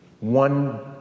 One